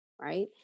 right